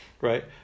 right